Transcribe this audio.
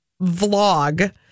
vlog